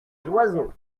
oiseaux